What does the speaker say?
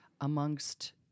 amongst